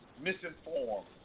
misinformed